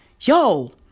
yo